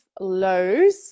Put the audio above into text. lows